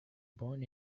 born